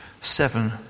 seven